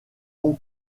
bon